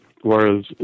whereas